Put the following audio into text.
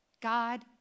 God